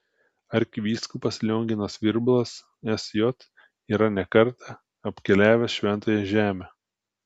arkivyskupas lionginas virbalas sj yra ne kartą apkeliavęs šventąją žemę